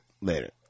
Later